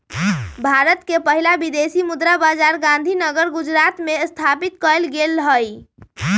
भारत के पहिला विदेशी मुद्रा बाजार गांधीनगर गुजरात में स्थापित कएल गेल हइ